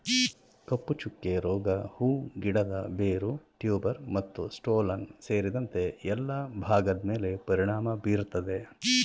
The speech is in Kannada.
ಕಪ್ಪುಚುಕ್ಕೆ ರೋಗ ಹೂ ಗಿಡದ ಬೇರು ಟ್ಯೂಬರ್ ಮತ್ತುಸ್ಟೋಲನ್ ಸೇರಿದಂತೆ ಎಲ್ಲಾ ಭಾಗದ್ಮೇಲೆ ಪರಿಣಾಮ ಬೀರ್ತದೆ